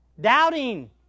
doubting